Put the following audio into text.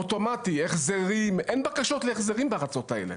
אוטומטי אין בקשות להחזרים בארצות האלה.